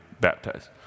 baptized